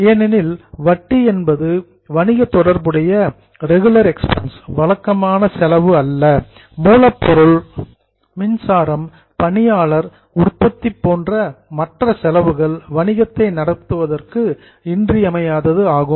ஏனெனில் வட்டி என்பது வணிக தொடர்புடைய ரெகுளர் எக்ஸ்பென்ஸ் வழக்கமான செலவு அல்ல மூலப்பொருள் மின்சாரம் பணியாளர் உற்பத்தி போன்ற மற்ற செலவுகள் வணிகத்தை நடத்துவதற்கு இன்றியமையாதது ஆகும்